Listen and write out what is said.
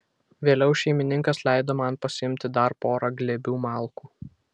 vėliau šeimininkas leido man pasiimti dar porą glėbių malkų